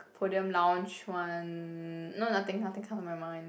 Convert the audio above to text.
podium lounge one no nothing nothing come to my mind